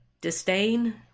Disdain